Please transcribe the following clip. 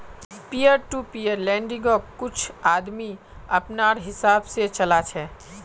peer to peer लेंडिंग्क कुछ आदमी अपनार हिसाब से चला छे